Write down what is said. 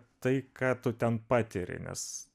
tai ką tu ten patiri nes